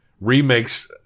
remakes